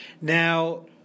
Now